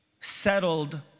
settled